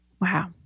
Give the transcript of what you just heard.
wow